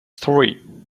three